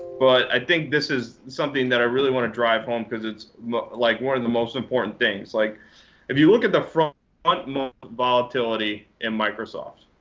but i think this is something that i really want to drive home, because it's like one of the most important things. like if you look at the front um volatility in microsoft,